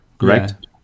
Correct